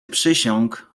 przysiąg